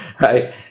Right